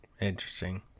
interesting